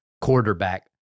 quarterback